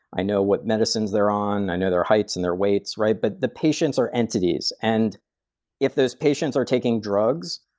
i know what medicines they're on, i know their heights and their weights, but the patients are entities. and if those patients are taking drugs,